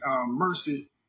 mercy